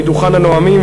מדוכן הנואמים,